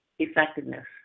effectiveness